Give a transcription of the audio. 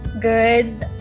Good